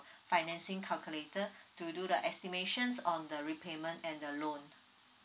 financing calculator to do the estimations on the repayment and the loan